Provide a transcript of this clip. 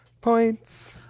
Points